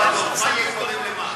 הרצפה ישרה, או רק בוועדות?